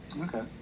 Okay